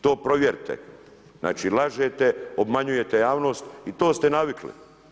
To provjerite, znači lažete, obmanjujete javnost i to ste navili.